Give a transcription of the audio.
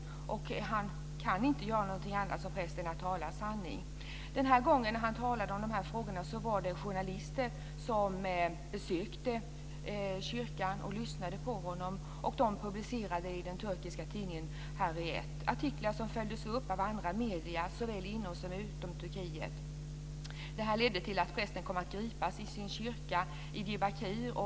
Som präst kan han inte göra annat än tala sanning. Den gången han talade om de frågorna besökte journalister kyrkan och lyssnade på honom. De publicerade i den turkiska tidningen Hürriyet artiklar som följdes upp av andra medier såväl inom som utom Turkiet. Det ledde till att prästen kom att gripas i sin kyrka i Diyarbakir.